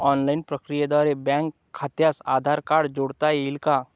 Online प्रक्रियेद्वारे bank खात्यास Aadhaar card जोडता येईल का?